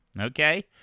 okay